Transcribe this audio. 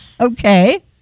okay